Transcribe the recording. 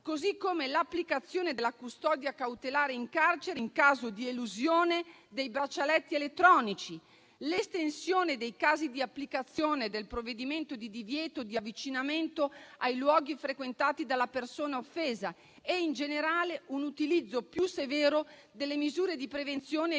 così come l'applicazione della custodia cautelare in carcere in caso di elusione dei braccialetti elettronici. Penso altresì all'estensione dei casi di applicazione del provvedimento di divieto di avvicinamento ai luoghi frequentati dalla persona offesa e in generale a un utilizzo più severo delle misure di prevenzione e